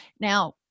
Now